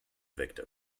victim